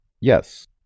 Yes